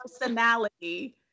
personality